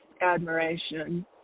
admiration